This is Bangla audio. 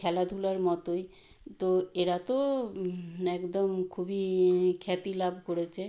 খেলাধুলার মতোই তো এরা তো একদম খুবই খ্যাতি লাভ করেছে